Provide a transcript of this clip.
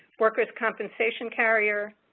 worker's compensation carrier,